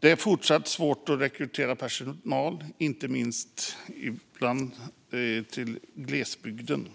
Det är fortsatt svårt att rekrytera personal, inte minst till glesbygden.